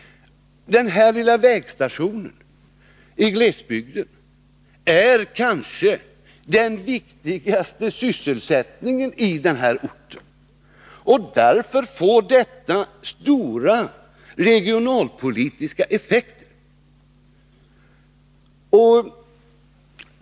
Den här lilla vägstationen i glesbygden innebär kanske den viktigaste sysselsättningen i orten, och därför får detta stora regionalpolitiska effekter.